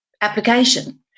application